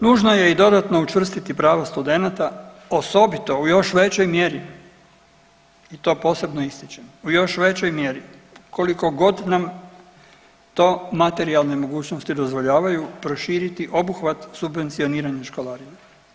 Nužno je i dodatno učvrstiti prava studenata, osobito u još većoj mjeri i to posebno ističem, u još većoj mjeri koliko god nam to materijalne mogućnosti dozvoljavaju proširiti obuhvat subvencioniranja školarina.